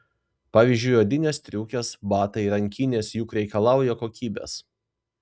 pavyzdžiui odinės striukės batai rankinės juk reikalauja kokybės